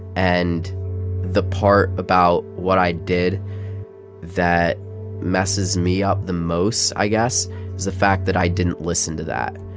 and the part about what i did that messes me up the most, i guess, is the fact that i didn't listen to that,